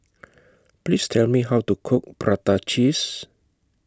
Please Tell Me How to Cook Prata Cheese